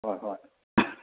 ꯍꯣꯏ ꯍꯣꯏ